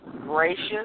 gracious